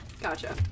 Gotcha